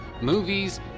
movies